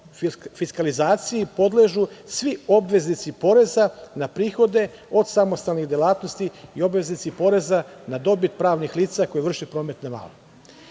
fiskalizaciji podležu svi obveznici poreza, na prihode, od samostalnih delatnosti i obaveznici poreza na dobit pravnih lica, koji vrše promet na